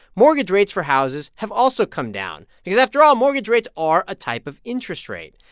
mortgage rates for houses have also come down because after all, mortgage rates are a type of interest rate.